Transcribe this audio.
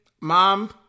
Mom